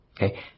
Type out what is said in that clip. Okay